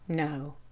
no.